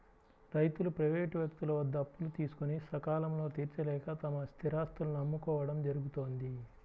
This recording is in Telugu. రైతులు ప్రైవేటు వ్యక్తుల వద్ద అప్పులు తీసుకొని సకాలంలో తీర్చలేక తమ స్థిరాస్తులను అమ్ముకోవడం జరుగుతోంది